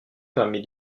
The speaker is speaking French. parmi